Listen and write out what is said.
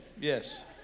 yes